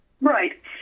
Right